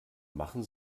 machen